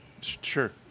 Sure